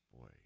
boy